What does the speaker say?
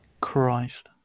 Christ